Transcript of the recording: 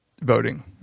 Voting